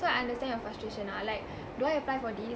so I understand your frustration lah like do I apply for this